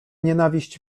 nienawiść